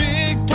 Big